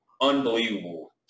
unbelievable